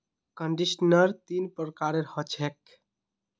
conditioner तीन प्रकारेर ह छेक